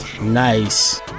Nice